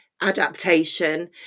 adaptation